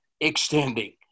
extending